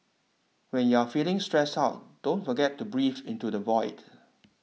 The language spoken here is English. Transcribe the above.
when you are feeling stressed out don't forget to breathe into the void